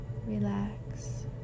relax